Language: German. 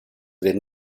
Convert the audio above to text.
den